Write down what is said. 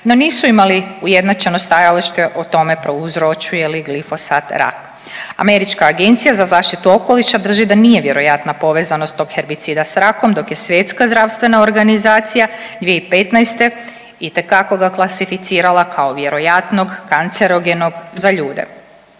no nisu imali ujednačeno stajalište o tome prouzročuje li glifosat rak. Američka agencija za zaštitu okoliša drži da nije vjerojatna povezanost tog herbicida s rakom dok je Svjetska zdravstvena organizacija 2015. itekako ga klasificira kao vjerojatnog kancerogenog za ljude.